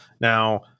Now